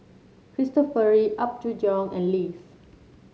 Cristofori Apgujeong and Lays